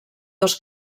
dos